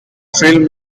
film